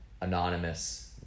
anonymous